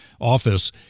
office